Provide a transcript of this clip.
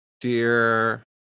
dear